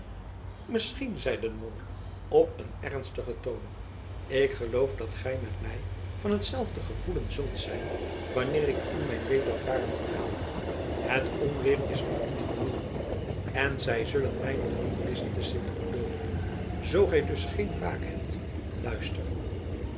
misschien zeide de monnik op een ernstigen toon ik geloof dat gij met mij van hetzelfde gevoelen zult zijn wanneer ik u mijn wedervaren verhaal het onweer is nog niet verminderd en zij zullen mij nog niet missen te sint odulf zoo gij dus geen vaak hebt luister